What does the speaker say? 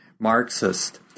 Marxist